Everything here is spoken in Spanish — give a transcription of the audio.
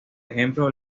ejemplo